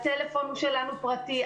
הטלפון שלנו פרטי,